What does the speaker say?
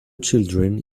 children